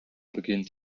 beginnt